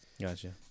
Gotcha